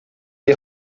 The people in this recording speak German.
die